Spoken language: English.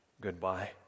goodbye